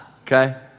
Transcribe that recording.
Okay